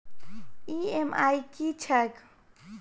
EMI की छैक?